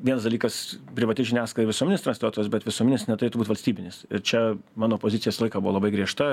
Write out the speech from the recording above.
vienas dalykas privati žiniasklaida visuominis transliuotojas bet visuominis neturėtų būt valstybinis čia mano pozicija visą laiką buvo labai griežta